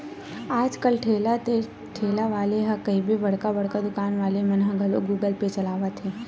आज कल ठेला ते ठेला वाले ला कहिबे बड़का बड़का दुकान वाले मन ह घलोक गुगल पे चलावत हे